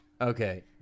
Okay